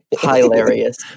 hilarious